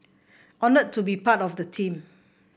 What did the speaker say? honoured to be part of the team